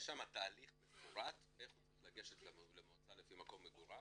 יש תהליך מפורט איך הוא צריך לגשת למועצה לפי מקום מגוריו,